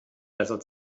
besser